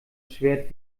schwert